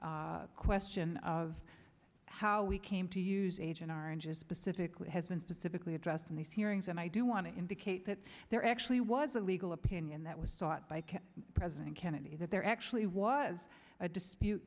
the question of how we came to use agent orange is specifically has been specifically addressed in these hearings and i do want to indicate that there actually was a legal opinion that was sought by president kennedy that there actually was a dispute